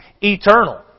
eternal